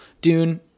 dune